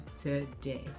today